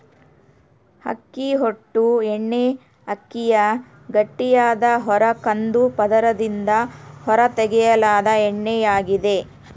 ಅಕ್ಕಿ ಹೊಟ್ಟು ಎಣ್ಣೆಅಕ್ಕಿಯ ಗಟ್ಟಿಯಾದ ಹೊರ ಕಂದು ಪದರದಿಂದ ಹೊರತೆಗೆಯಲಾದ ಎಣ್ಣೆಯಾಗಿದೆ